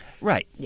Right